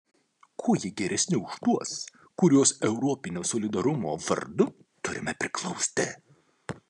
kuo jie geresni už tuos kuriuos europinio solidarumo vardu turime priglausti